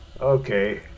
Okay